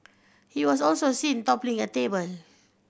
he was also seen toppling a table